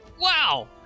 wow